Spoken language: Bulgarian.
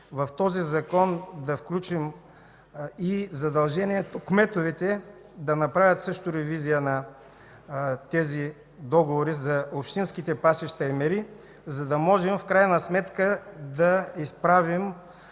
в този Закон да включим и задължението кметовете да направят също ревизия на тези договори за общинските пасища и мери, за да можем в крайна сметка да изправим